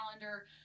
calendar